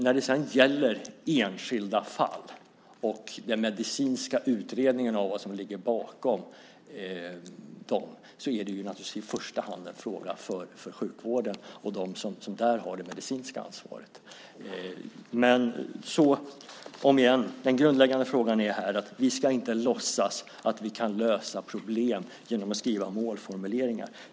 När det sedan gäller enskilda fall och den medicinska utredningen av vad som ligger bakom dem är det naturligtvis i första hand en fråga för sjukvården och för dem som där har det medicinska ansvaret. Den grundläggande frågan här är alltså att vi inte ska låtsas att vi kan lösa problem genom att skriva målformuleringar.